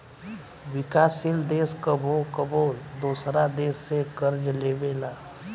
विकासशील देश कबो कबो दोसरा देश से कर्ज लेबेला